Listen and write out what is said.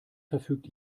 verfügt